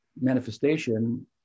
manifestation